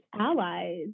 allies